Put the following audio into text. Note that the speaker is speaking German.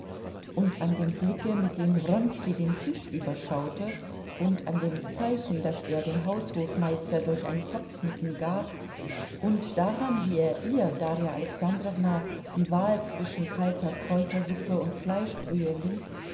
und an dem blicke mit dem wronski den tisch überschaute und an dem zeichen das er dem haushofmeister durch ein kopfnicken gab und daran wie er ihr darja alexandrowna die wahl zwischen kalter kräutersuppe und fleischbrühe ließ